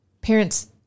Parents